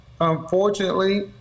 unfortunately